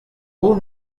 dro